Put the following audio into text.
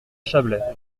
chablais